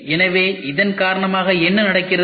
எனவே இதன் காரணமாக என்ன நடக்கிறது